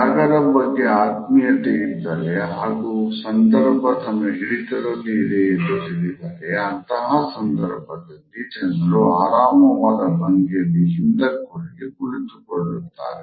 ಜಾಗದ ಬಗ್ಗೆ ಆತ್ಮೀಯತೆ ಇದ್ದರೆ ಹಾಗೂ ಸಂದರ್ಭ ತನ್ನ ಹಿಡಿತದಲ್ಲಿ ಇದೆಯೆಂದು ತಿಳಿದರೆ ಅಂತಹ ಸಂದರ್ಭದಲ್ಲಿ ಜನರು ಆರಾಮವಾದ ಭಂಗಿಯಲ್ಲಿ ಹಿಂದಕ್ಕೊರಗಿ ಕುಳಿತುಕೊಳ್ಳುತ್ತಾರೆ